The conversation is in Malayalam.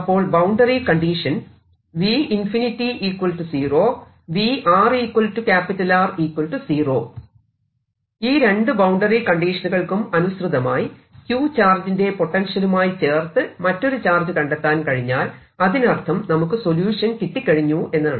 അപ്പോൾ ബൌണ്ടറി കണ്ടീഷൻ V∞0 VrR0 ഈ രണ്ടു ബൌണ്ടറി കണ്ടീഷനുകൾക്കും അനുസൃതമായി q ചാർജിന്റെ പൊട്ടൻഷ്യലുമായി ചേർത്ത് മറ്റൊരു ചാർജ് കണ്ടെത്താൻ കഴിഞ്ഞാൽ അതിനർത്ഥം നമുക്ക് സൊല്യൂഷൻ കിട്ടിക്കഴിഞ്ഞു എന്നാണ്